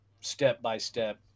step-by-step